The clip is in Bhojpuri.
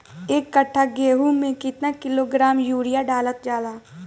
एक कट्टा गोहूँ में केतना किलोग्राम यूरिया डालल जाला?